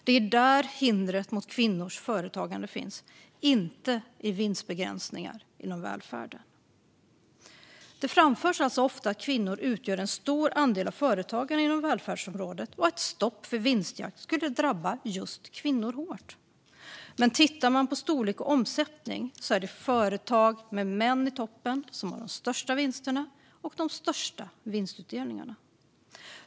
Det är där hindret mot kvinnors företagande finns, inte i vinstbegränsningar inom välfärden. Det framförs alltså ofta att kvinnor utgör en stor andel av företagarna inom välfärdsområdet och att ett stopp för vinstjakt skulle drabba just kvinnor hårt. Men sett till storlek och omsättning är det företag med män i toppen som har de största vinsterna och de största vinstutdelningarna.